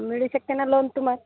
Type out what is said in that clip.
मिळू शकते ना लोन तुमा